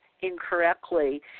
incorrectly